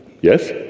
yes